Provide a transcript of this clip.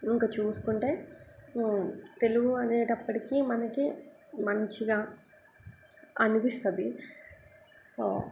ఇంక చూసుకుంటే తెలుగు అనేటప్పటికీ మనకి మంచిగా అనిపిస్తుంది సో